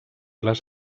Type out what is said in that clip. les